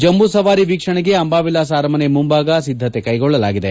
ಜಂಬೂ ಸವಾರಿ ವೀಕ್ಷಣೆಗೆ ಅಂಬಾವಿಲಾಸ ಅರಮನೆ ಮುಂಭಾಗ ಸಿದ್ದತೆ ಕೈಗೊಳ್ಳಲಾಗಿದೆ